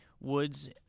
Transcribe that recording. woods